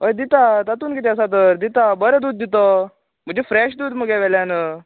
हय दिता तातून कितें आसा तर दिता बरें दूद दिता म्हजें फ्रेश दूद मगे वयल्यान